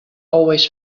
always